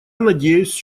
надеюсь